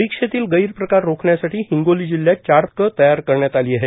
परिक्षेतील गैरप्रकार रोखण्यासाठी हिंगोली जिल्ह्यात चार पथकं तयार करण्यात आली आहेत